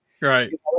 Right